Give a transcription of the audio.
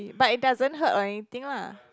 but it doesn't hurt or anything lah